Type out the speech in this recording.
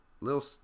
little